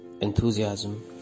enthusiasm